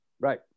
Right